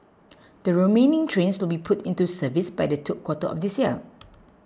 the remaining trains will be put into service by the third quarter of this year